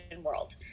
world